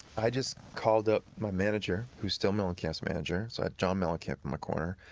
i just called up my manager, who's still mellencamp's manager. so i had john mellencamp in my corner.